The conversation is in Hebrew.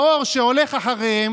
אם אתם רוצים להמשיך להתפרע עלינו ככה,